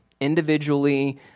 individually